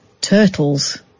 turtles